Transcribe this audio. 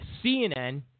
cnn